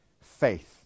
faith